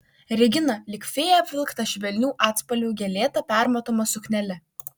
regina lyg fėja apvilkta švelnių atspalvių gėlėta permatoma suknele